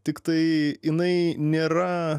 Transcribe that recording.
tiktai jinai nėra